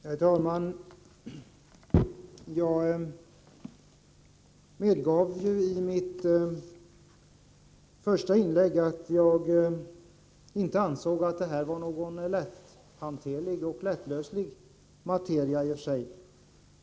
Herr talman! Jag medgav i mitt första inlägg att jag inte ansåg att radonproblemet var ett problem som var lätt att hantera eller lätt att lösa.